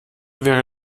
wäre